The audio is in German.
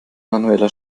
manueller